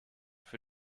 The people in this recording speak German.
für